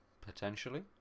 potentially